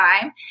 time